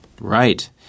Right